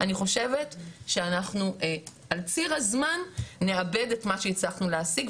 - אני חושבת שאנחנו על ציר הזמן נאבד את מה שהצלחנו להשיג.